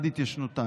עד התיישנותן.